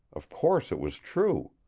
of course it was true.